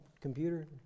computer